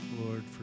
Lord